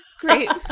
Great